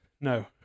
No